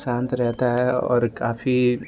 शान्त रहता है और काफ़ी